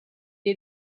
est